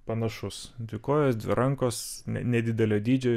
panašus dvi kojos dvi rankos ne nedidelio dydžio